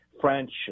French